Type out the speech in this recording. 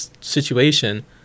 situation